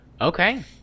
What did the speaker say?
okay